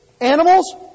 animals